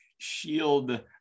Shield